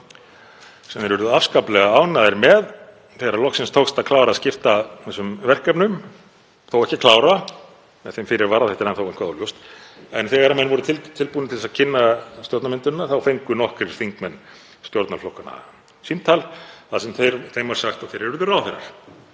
sem þeir urðu afskaplega ánægðir með, þegar loksins tókst að klára að skipta þessum verkefnum, þó ekki að klára, með þeim fyrirvara að þetta er enn eitthvað óljóst. En þegar menn voru tilbúnir til að kynna stjórnarmyndunina þá fengu nokkrir þingmenn stjórnarflokkanna símtal þar sem þeim var sagt að þeir yrðu ráðherrar.